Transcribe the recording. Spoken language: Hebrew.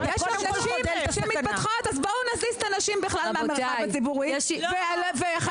אז בואו נזיז את הנשים בכלל מהמרחב הציבורי ו ---.